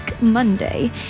Monday